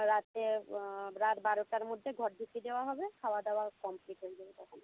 রাতে রাত বারোটার মধ্যে ঘর ঢুকিয়ে দেওয়া হবে খাওয়া দাওয়াও কমপ্লিট হয়ে যাবে তখন